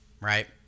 right